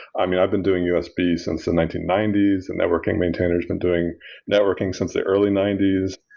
um yeah i've been doing usb since the nineteen ninety s, and networking maintainer has been doing networking since the early ninety s.